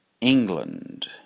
England